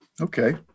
Okay